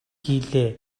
хийлээ